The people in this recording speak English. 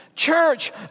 Church